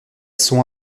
sont